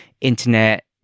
internet